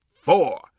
four